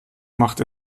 macht